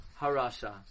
HaRasha